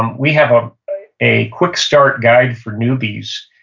um we have ah a a quick start guide for newbies.